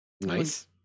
Nice